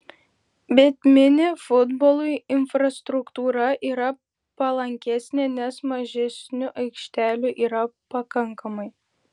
bet mini futbolui infrastruktūra yra palankesnė nes mažesniu aikštelių yra pakankamai